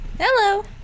Hello